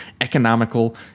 economical